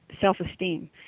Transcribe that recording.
self-esteem